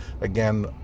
again